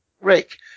Rick